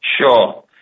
Sure